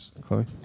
Chloe